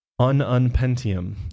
ununpentium